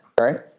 Right